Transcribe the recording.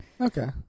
Okay